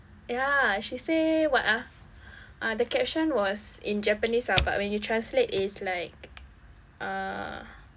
ya she say what ah ah the caption was in japanese ah but when you translate his like uh